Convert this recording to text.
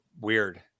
weird